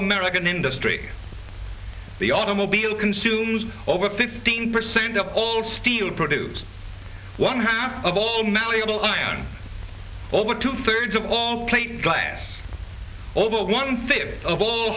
american industry the automobile consumes over fifteen percent of all steel produced one half of all malleable iron over two thirds of all plate glass over one